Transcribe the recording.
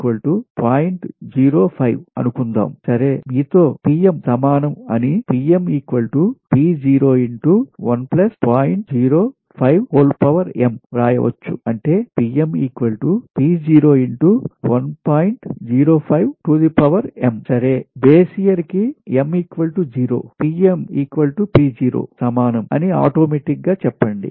కాబట్టి అనుకుందాం సరే మీతో సమానం అని వ్రాయవచ్చు అంటేసరే బేస్ ఇయర్ కి m 0 సమానం అని ఆటోమేటిక్ చెప్పండి